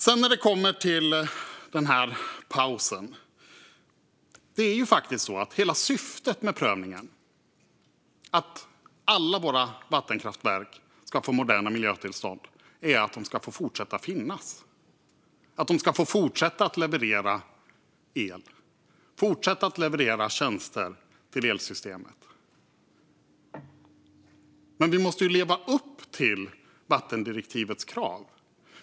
När det sedan kommer till pausen är faktiskt hela syftet med prövningen att alla våra vattenkraftverk ska få moderna miljötillstånd så att de ska få fortsätta att finnas. De ska få fortsätta att leverera el och fortsätta att leverera tjänster till elsystemet. Men vi måste ju leva upp till vattendirektivets krav.